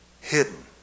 hidden